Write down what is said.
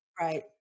Right